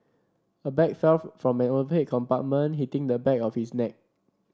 a bag fell from an overhead compartment hitting the back of his neck